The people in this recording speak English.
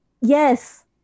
yes